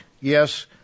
Yes